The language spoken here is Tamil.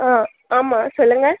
ஆ ஆமாம் சொல்லுங்க